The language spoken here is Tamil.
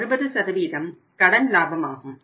60 கடன் லாபமாகும்